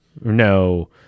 no